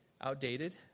outdated